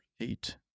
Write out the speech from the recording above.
eight